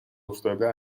افتاده